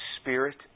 spirit